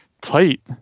tight